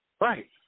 Right